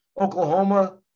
oklahoma